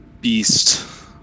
beast